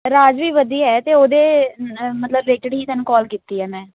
ਰਾਜ ਵੀ ਵਧੀਆ ਹੈ ਅਤੇ ਉਹਦੇ ਮਤਲਬ ਰਿਲੇਟਿਡ ਹੀ ਤੈਨੂੰ ਕੋਲ ਕੀਤੀ ਆ ਮੈਂ